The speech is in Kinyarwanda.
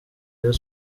rayon